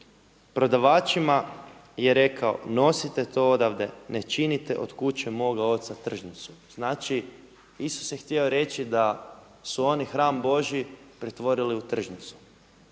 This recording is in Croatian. „Prodavačima je rekao nosite to odavde, ne činite od kuće moga oca tržnicu.“ Znači, Isus je htio reći da su oni hram božji pretvorili u tržnicu.